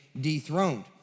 dethroned